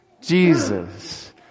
Jesus